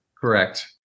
Correct